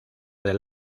del